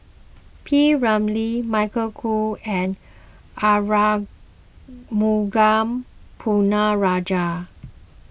P Ramlee Eric Khoo and Arumugam Ponnu Rajah